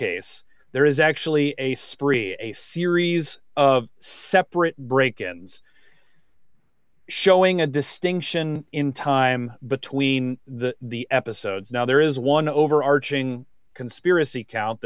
case there is actually a spree a series of separate break ins showing a distinction in time between the the episodes now there is one overarching conspiracy count